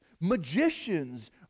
magicians